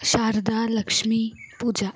Sharada Lakshmi Puja